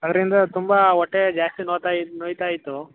ಅದರಿಂದ ತುಂಬ ಹೊಟ್ಟೆ ಜಾಸ್ತಿ ನೊವುತ್ತಾ ನೊಯುತ್ತಾಯಿತ್ತು